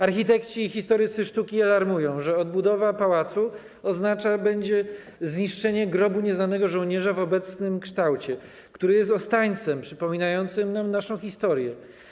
Architekci i historycy sztuki alarmują, że odbudowa pałacu oznaczać będzie zniszczenie Grobu Nieznanego Żołnierza w obecnym kształcie, który jest ostańcem przypominającym nam naszą historię.